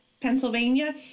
Pennsylvania